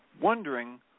wondering